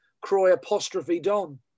Croy-apostrophe-don